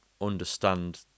understand